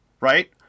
right